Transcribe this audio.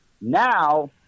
now